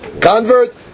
Convert